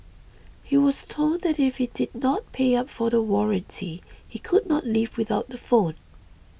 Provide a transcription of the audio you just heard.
he was told that if he did not pay up for the warranty he could not leave without the phone